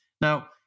Now